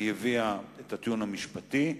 הביאה את הטיעון המשפטי,